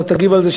אתה תגיב על זה,